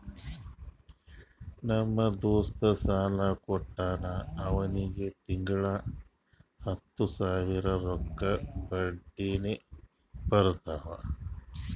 ನಮ್ ದೋಸ್ತ ಸಾಲಾ ಕೊಟ್ಟಾನ್ ಅವ್ನಿಗ ತಿಂಗಳಾ ಹತ್ತ್ ಸಾವಿರ ರೊಕ್ಕಾ ಬಡ್ಡಿನೆ ಬರ್ತಾವ್